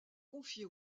confiée